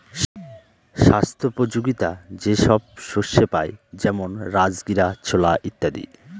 স্বাস্থ্যোপযোগীতা যে সব শস্যে পাই যেমন রাজগীরা, ছোলা ইত্যাদি